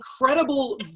incredible